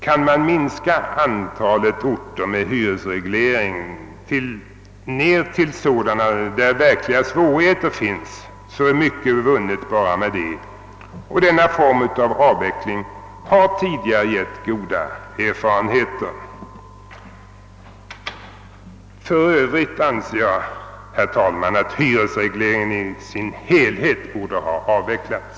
Kan man minska antalet orter med hyresreglering och begränsa den till att omfatta orter, där verkliga svårigheter föreligger, är mycket vunnet. Denna form av avveckling har tidigare gett goda erfarenheter. För övrigt, herr talman, anser jag att hyresregleringen i dess helhet borde ha avvecklats.